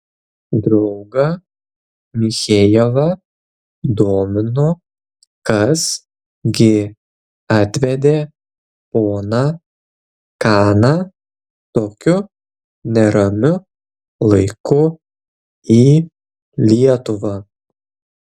draugą michejevą domino kas gi atvedė poną kaną tokiu neramiu laiku į lietuvą